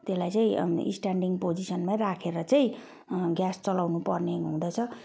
त्यसलाई चाहिँ अब स्टेन्डिङ पोजिसनमा राखेर चाहिँ ग्यास चलाउनु पर्ने हुँदछ र